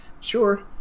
Sure